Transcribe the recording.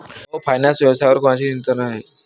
भाऊ फायनान्स व्यवसायावर कोणाचे नियंत्रण आहे?